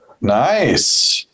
Nice